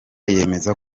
yemeza